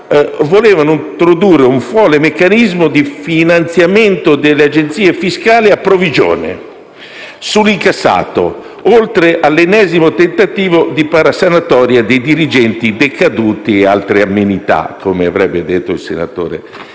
volevano introdurre un folle meccanismo di finanziamento delle agenzie fiscali a provvigione sull'incassato; oltre all'ennesimo tentativo di parasanatoria dei dirigenti decaduti e altre amenità, come avrebbe detto il senatore